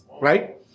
right